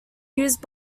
used